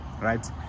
right